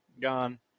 gone